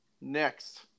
Next